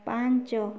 ପାଞ୍ଚ